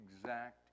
exact